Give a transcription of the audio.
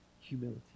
Humility